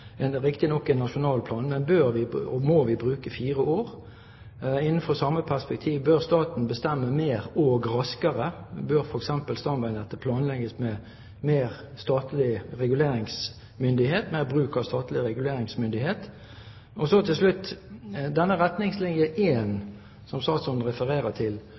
en nasjonal plan? Og innenfor samme perspektiv: Bør staten bestemme mer og raskere? Bør f.eks. stamveinettet planlegges med mer bruk av statlig reguleringsmyndighet? Så til slutt: Er retningslinje 1, som statsråden refererer til,